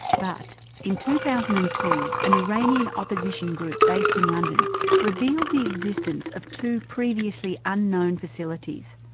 but in two thousand and two, an iranian opposition group based in london revealed the existence of two previously unknown facilities.